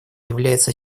является